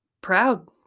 proud